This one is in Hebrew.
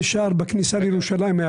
הקסטל נשאר בכניסה לירושלים.